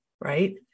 right